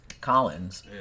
Collins